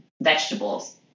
vegetables